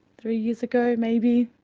three years ago maybe.